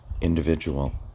individual